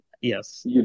Yes